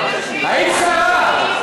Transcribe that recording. היית שרה.